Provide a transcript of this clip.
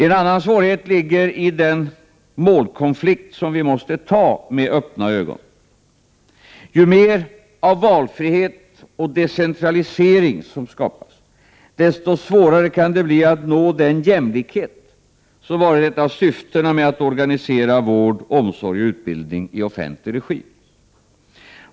En annan svårighet ligger i den målkonflikt som vi måste ta med öppna ögon. Ju mer av valfrihet och decentralisering som skapas, desto svårare kan det bli att nå den jämlikhet som varit ett av syftena med att organisera vård, omsorg och utbildning i offentlig regi.